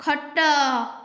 ଖଟ